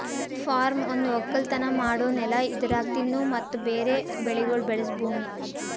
form ಒಂದು ಒಕ್ಕಲತನ ಮಾಡೋ ನೆಲ ಇದರಾಗ್ ತಿನ್ನುವ ಮತ್ತ ಬೇರೆ ಬೆಳಿಗೊಳ್ ಬೆಳಸ ಭೂಮಿ